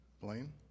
Blaine